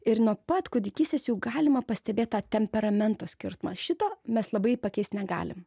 ir nuo pat kūdikystės jau galima pastebėt tą temperamento skirtumą šito mes labai pakeist negalim